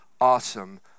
awesome